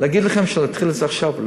להגיד לכם שנתחיל את זה עכשיו?